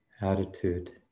attitude